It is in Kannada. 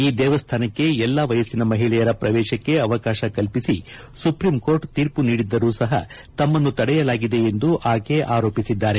ಈ ದೇವಸ್ಥಾನಕ್ಕೆ ಎಲ್ಲಾ ವಯಸ್ಸಿನ ಮಹಿಳೆಯರ ಪ್ರವೇಶಕ್ಕೆ ಅವಕಾಶ ಕಲ್ಪಿಸಿ ಸುಪ್ರೀಂಕೋರ್ಟು ತೀರ್ಮ ನೀಡಿದ್ದರೂ ಸಹ ತಮ್ನನ್ನು ತಡೆಯಲಾಗಿದೆ ಎಂದು ಆಕೆ ಆರೋಪಿಸಿದ್ದಾರೆ